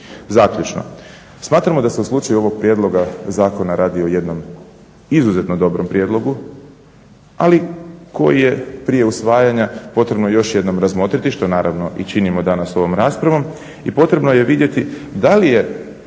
Zaključno, smatramo da se u slučaju ovog prijedloga zakona radi o jednom izuzetno dobrom prijedlogu, ali koji je prije usvajanja potrebno još jednom razmotriti što naravno i činimo danas ovom raspravom i potrebno je vidjeti da li je